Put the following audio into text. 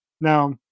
Now